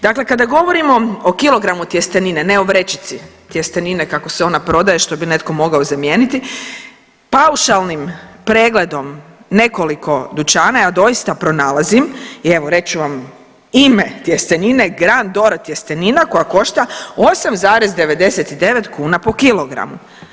Dakle kada govorimo o kilogramu tjestenine, ne o vrećici tjestenine kako se ona prodaje što bi netko mogao i zamijeniti, paušalnim pregledom nekoliko dućana ja doista pronalazim, i evo, reći ću vam ime tjestenine, Grano Doro tjestenina koja košta 8,99 kuna po kilogramu.